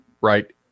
right